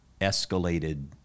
escalated